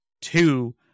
two